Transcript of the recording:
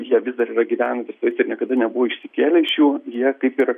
jie vis dar yra gyvenantys su tėvais ir niekada nebuvo įsikėlę iš jų jie kaip ir